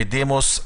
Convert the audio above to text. בדימוס.